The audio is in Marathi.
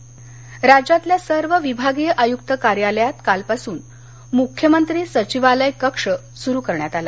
मख्यमंत्री कार्यालय राज्यातल्या सर्व विभागीय आयुक्त कार्यालयात कालपासून मुख्यमंत्री सचिवालय कक्ष सुरू करण्यात आला